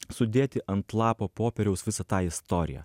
sudėti ant lapo popieriaus visą tą istoriją